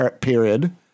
period